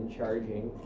charging